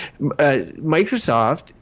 Microsoft –